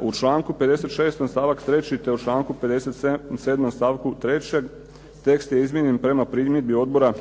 U članku 56. stavak 3. te u članku 57. stavku 3. tekst je izmijenjen prema primjedbi Odbora